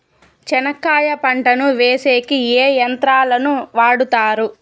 చెనక్కాయ పంటను వేసేకి ఏ యంత్రాలు ను వాడుతారు?